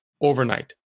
overnight